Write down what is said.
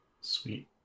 Sweet